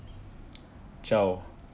ciao